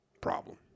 problem